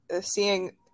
seeing